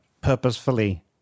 purposefully